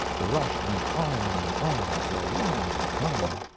the rush went on and on, for a long time,